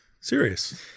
Serious